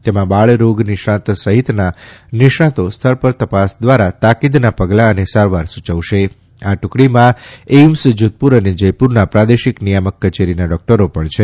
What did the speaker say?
તેમાં બાળરોગ નિષ્ણાત સહિતના નિષ્ણાતો સ્થળ પર તપાસ દ્વારા તાકીદના પગલાં અને સારવાર સુચવશે આ ટુકડીમાં એઇમ્સ જોધપુર અને જયપુરના પ્રાદેશિક નિયામક કચેરીના ડોક્ટરો પણ છે